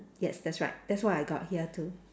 yes that's right that's what I got here too